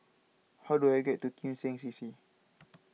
how do I get to Kim Seng C C